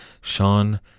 Sean